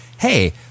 Hey